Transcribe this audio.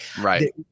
Right